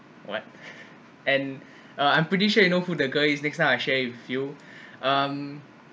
what and uh I'm pretty sure you know who the girl is next time I share with you um